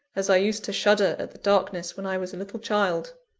as i used to shudder at the darkness when i was a little child!